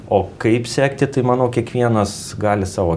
o kaip sekti tai manau kiekvienas gali savo